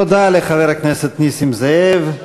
תודה לחבר הכנסת נסים זאב.